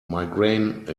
migraine